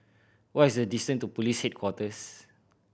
what is the distance to Police Headquarters